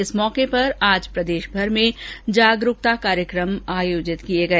इस मौके पर आज प्रदेशभर में जागरूकता कार्यक्रम आयोजित किए गए